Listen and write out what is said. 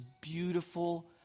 beautiful